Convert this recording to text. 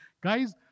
Guys